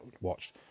watched